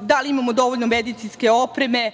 Da li imamo dovoljno medicinske opreme?